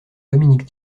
dominique